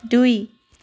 দুই